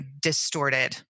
distorted